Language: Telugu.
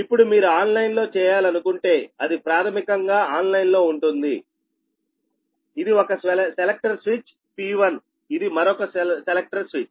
ఇప్పుడు మీరు ఆన్లైన్లో చేయాలనుకుంటే అది ప్రాథమికంగా ఆన్లైన్లో ఉంటుంది ఇది ఒక సెలెక్టర్ స్విచ్ P1 ఇది మరొక సెలెక్టర్ స్విచ్